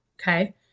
okay